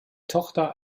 tochter